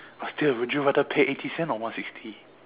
but still would you rather pay eighty cents or one sixty